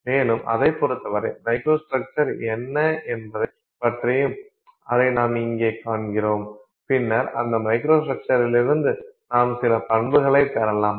மேலும் அதைப் பொறுத்தவரை மைக்ரோஸ்ட்ரக்சர் என்ன என்பதை பற்றியும் அதை நாம் இங்கே காண்கிறோம் பின்னர் அந்த மைக்ரோஸ்ட்ரக்சரிலிருந்து நாம் சில பண்புகளைப் பெறலாம்